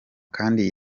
kandi